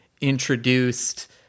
introduced